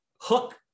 hook